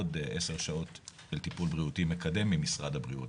עוד 10 שעות של טיפול בריאותי מקדם ממשרד הבריאות,